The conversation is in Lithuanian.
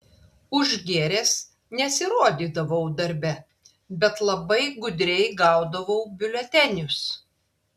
užgėręs nesirodydavau darbe bet labai gudriai gaudavau biuletenius